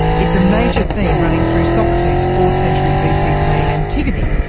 it's a major theme running through sophocles fourth-century bc play antigone.